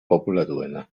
populatuena